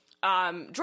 Drug